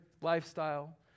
lifestyle